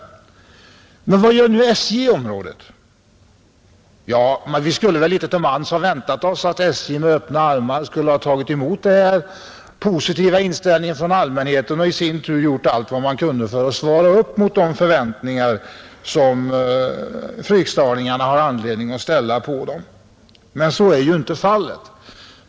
Men vad gör nu SJ i området? Ja, vi skulle väl litet till mans ha väntat oss att SJ med öppna armar tagit emot den positiva inställningen från allmänheten och i sin tur gjort allt vad man kunnat för att svara upp mot de förväntningar som fryksdalingarna har anledning att ställa. Men så är inte fallet.